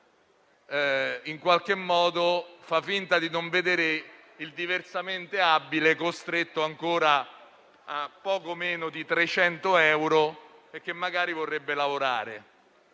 al lavoro, e fa finta di non vedere il diversamente abile, costretto ancora a poco meno di 300 euro, che magari vorrebbe lavorare,